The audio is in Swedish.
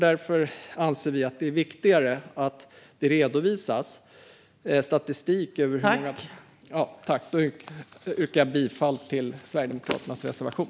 Därför anser vi att det är viktigare att det redovisas statistik över . Jag yrkar bifall till Sverigedemokraternas reservation.